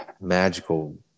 magical